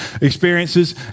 experiences